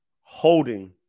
holding